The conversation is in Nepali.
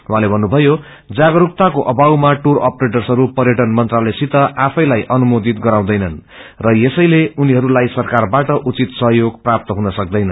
उझँले भन्नुभयो जागरूकताको अभावामा दुर अपरेटसहरू पयटन मंत्रालयसित आफैलाई अनुमोदित गराउँछैनन् र यसको निम्ति उनीहरूलाई सरकारबाट उचित सहयोग प्राप्त हुन सक्तैन